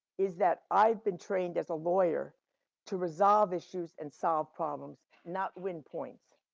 is that i've been trained as a lawyer to resolve issues and solve problems not win points.